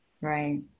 Right